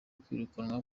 kwirukanwa